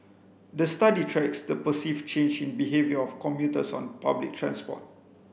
the study tracks the perceived change in behaviour of commuters on public transport